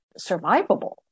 survivable